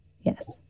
Yes